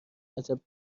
عجب